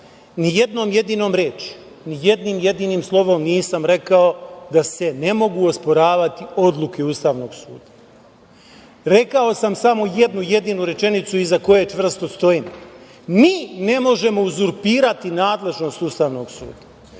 Ni jednom jedinom rečju, ni jednim jedinim slovom nisam rekao da se ne mogu osporavati odluke Ustavnog suda. Rekao sam samo jednu jedinu rečenicu iza koje čvrsto stojim. Mi ne možemo uzurpirati nadležnost Ustavnog suda,